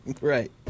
right